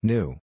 New